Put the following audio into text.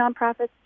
nonprofits